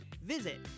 Visit